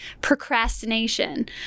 procrastination